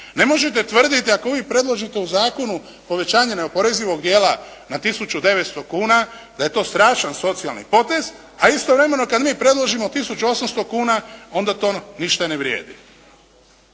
Ne možete tvrditi da ako vi predložite u zakonu povećanje neoporezivog dijela na 1900 kuna da je to strašan socijalni potez, a istovremeno kad mi predložimo 1800 kuna onda to ništa ne vrijedi.